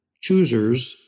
choosers